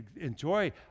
enjoy